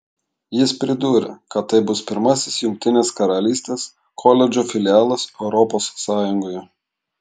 jis pridūrė kad tai bus pirmasis jungtinės karalystės koledžo filialas europos sąjungoje